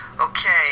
Okay